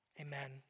Amen